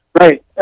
Right